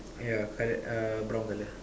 yeah colored uh brown colour